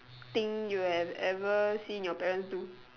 thing you have ever seen your parents do